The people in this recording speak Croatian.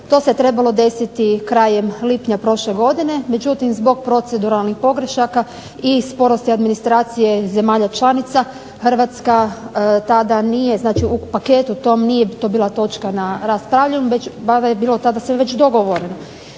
to se trebalo desiti krajem lipnja prošle godine, međutim, zbog proceduralnih pogrešaka i sporosti administracije zemalja članica, Hrvatska tada nije u paketu tom, nije to bila točka ... već tada je bilo sve dogovoreno.